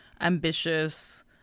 ambitious